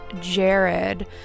Jared